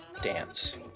dance